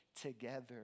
together